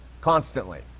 constantly